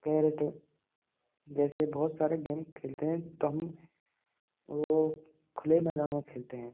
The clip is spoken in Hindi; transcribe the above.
कैरेट जैसे बहुत सारे गेम खेलते हैं तो हम वो खुले मैदानों में खेलते हैं